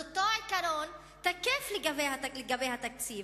אז אותו עיקרון תקף לגבי התקציב.